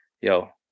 Yo